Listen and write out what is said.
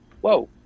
whoa